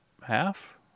half